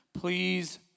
please